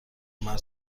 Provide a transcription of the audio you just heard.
مرد